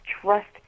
trust